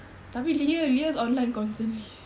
tapi lia lia's online constantly